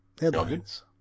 Headlines